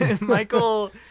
Michael